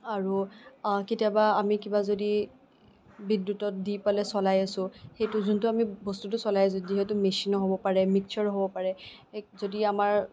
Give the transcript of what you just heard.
আৰু কেতিয়াবা আমি যদি বিদ্যুতত দি পেলাই চলাই আছো সেইটো যোনটো আমি বস্তুটো চলাই আছো যিহেতু মেচিনো হ'ব পাৰে মিক্সাৰো হ'ব পাৰে এক যদি আমাৰ